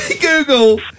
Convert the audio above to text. Google